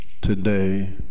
today